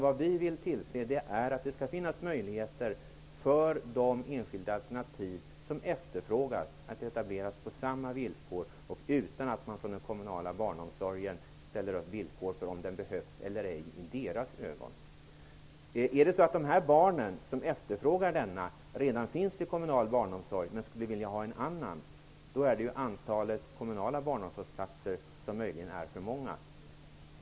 Vi vill tillse att det skall finnas möjligheter för de enskilda alternativ som efterfrågas att etableras på samma villkor utan att den kommunala barnomsorgen ställer upp villkor för om den omsorgen behövs eller ej i deras ögon. Om barnen som efterfrågar den alternativa omsorgen redan finns i den kommunala barnomsorgen, är möjligen antalet kommunala barnomsorgsplatser för många.